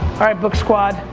right book squad,